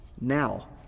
now